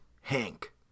Hank